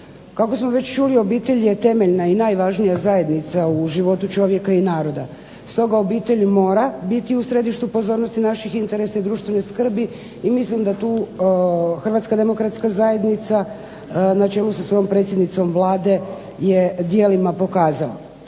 Kako smo već čuli obitelj je temeljna i najvažnija zajednica u životu čovjeka i naroda, stoga obitelj mora biti u središtu pozornosti naših interesa i društvene skrbi i mislim da tu Hrvatska demokratska zajednica na čelu sa svojom predsjednicom Vlade je djelima pokazala.